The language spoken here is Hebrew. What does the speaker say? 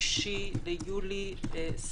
6 ביולי 2021,